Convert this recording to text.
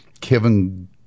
Kevin